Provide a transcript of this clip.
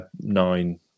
nine